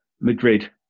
Madrid